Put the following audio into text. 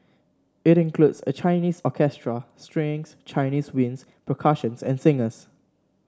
it includes a Chinese orchestra strings Chinese winds percussion and singers